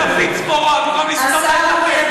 נותנים להם להפיץ פה רוע במקום לסתום להם את הפה.